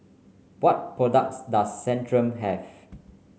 what products does Centrum have